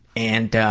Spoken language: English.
and